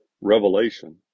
revelation